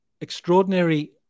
extraordinary